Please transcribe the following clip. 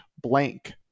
blank